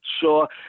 sure